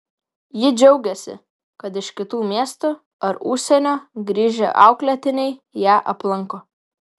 ji džiaugiasi kad iš kitų miestų ar užsienio grįžę auklėtiniai ją aplanko